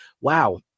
wow